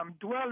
dwell